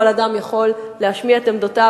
כל אדם יכול להשמיע את עמדותיו,